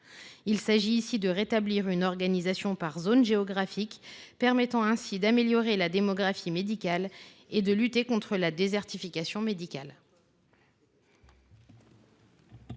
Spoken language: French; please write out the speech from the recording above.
Il s’agit ici de rétablir une organisation par zones géographiques, ce qui permettra d’améliorer la démographie médicale et de lutter contre la désertification médicale.